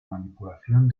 manipulación